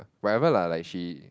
whatever lah like she